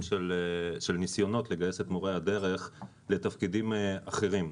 של ניסיונות לגייס את מורי הדרך לתפקידים אחרים.